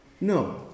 No